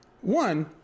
One